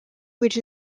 which